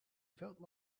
felt